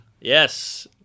Yes